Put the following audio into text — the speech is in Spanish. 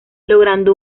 logrando